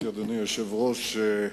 אדוני היושב-ראש,